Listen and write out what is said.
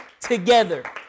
together